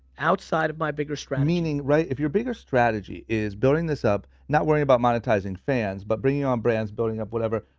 outside of my bigger strategy? meaning right, if your bigger strategy is building this up, not worrying about monetizing fans, but bringing on brands, building up whatever.